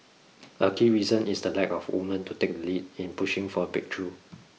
a key reason is the lack of women to take the lead in pushing for a breakthrough